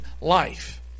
life